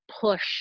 push